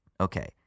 Okay